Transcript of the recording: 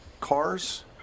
cars